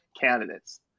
candidates